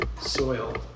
soil